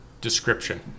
description